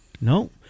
no